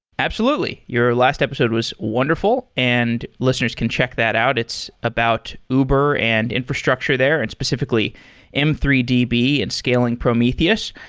absolutely. your last episode was wonderful, and listeners can check that out. it's about uber and infrastructure there and specifically m three d b and scaling prometheus.